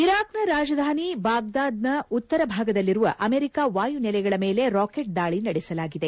ಇರಾಕ್ನ ರಾಜಧಾನಿ ಬಾಗ್ದಾದ್ ಉತ್ತರ ಭಾಗದಲ್ಲಿರುವ ಅಮೆರಿಕ ವಾಯುನೆಲೆಗಳ ಮೇಲೆ ರಾಕೆಟ್ ದಾಳಿ ನಡೆಸಲಾಗಿದೆ